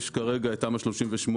יש כרגע את תמ"א 38,